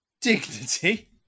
Dignity